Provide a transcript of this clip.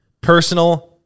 personal